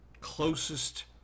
closest